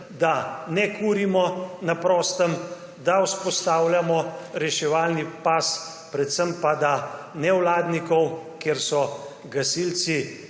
da ne kurimo na prostem, da vzpostavljamo reševalni pas, predvsem pa, da nevladnikov, kjer so gasilci